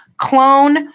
clone